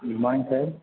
good morning sir